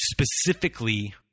specifically